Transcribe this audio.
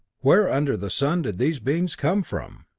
where under the sun did these beings come from?